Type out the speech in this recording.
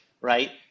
right